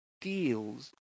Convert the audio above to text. deals